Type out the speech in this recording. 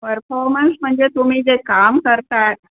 performance म्हणजे तुम्ही जे काम करतात